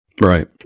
Right